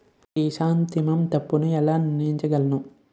Chrysanthemum తప్పును ఎలా నియంత్రించగలను?